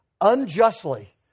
unjustly